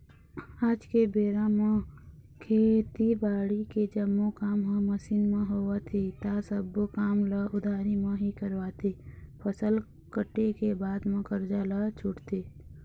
आज के बेरा म खेती बाड़ी के जम्मो काम ह मसीन म होवत हे ता सब्बो काम ल उधारी म ही करवाथे, फसल कटे के बाद म करजा ल छूटथे